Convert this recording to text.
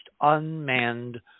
unmanned